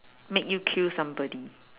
make you kill somebody